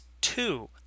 two